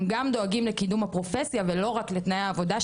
גם דואגים לקידום הפרופסיה ולא רק לתנאי העבודה,